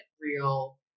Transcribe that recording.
real